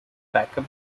backup